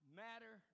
matter